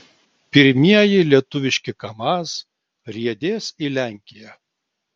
pirmieji lietuviški kamaz riedės į lenkiją